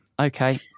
Okay